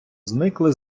зникли